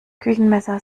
küchenmesser